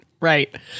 Right